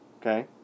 Okay